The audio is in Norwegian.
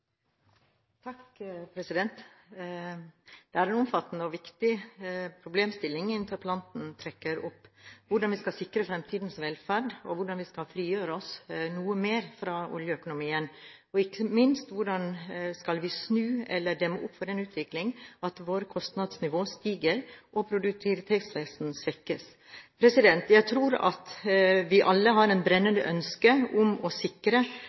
en omfattende og viktig problemstilling interpellanten trekker opp: Hvordan skal vi sikre fremtidens velferd, hvordan skal vi frigjøre oss noe mer fra oljeøkonomien – og ikke minst – hvordan skal vi snu eller demme opp for den utvikling at vårt kostnadsnivå stiger og produktivitetsveksten svekkes? Jeg tror at vi alle har et brennende ønske om å sikre